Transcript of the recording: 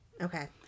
Okay